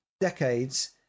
decades